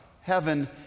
Heaven